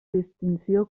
distinció